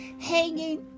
hanging